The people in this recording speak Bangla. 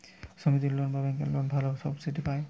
সমিতির লোন না ব্যাঙ্কের লোনে ভালো সাবসিডি পাব?